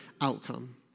outcome